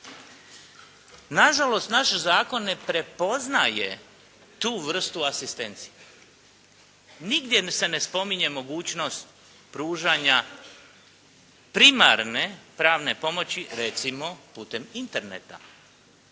Na žalost, naš zakon ne prepoznaje tu vrstu asistencije. Nigdje se ne spominje mogućnost pružanja primarne pravne pomoći recimo putem interneta,